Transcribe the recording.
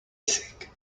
sick